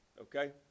Okay